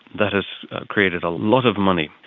that has created a lot of money.